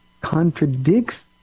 contradicts